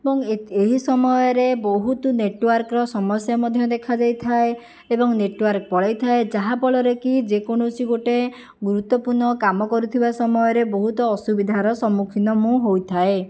ଏବଂ ଏହି ସମୟରେ ବହୁତ ନେଟୱାର୍କର ସମସ୍ୟା ମଧ୍ୟ ଦେଖାଯାଇଥାଏ ଏବଂ ନେଟୱାର୍କ ପଳାଇଥାଏ ଯାହାଫଳରେ କି ଯେକୌଣସି ଗୋଟିଏ ଗୁରୁତ୍ୱପୁର୍ଣ୍ଣ କାମ କରୁଥିବା ସମୟରେ ବହୁତ ଅସୁବିଧାର ସମ୍ମୁଖୀନ ମୁଁ ହୋଇଥାଏ